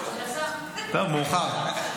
טוב, מאוחר.